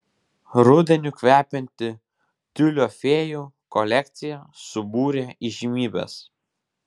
rudeniu kvepianti tiulio fėjų kolekcija subūrė įžymybes